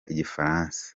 igifaransa